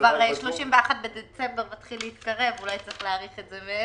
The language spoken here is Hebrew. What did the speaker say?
כבר 31 בדצמבר מתחיל להתקרב ואולי צריך להאריך את זה מעבר.